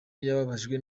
yababajwe